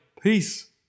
Peace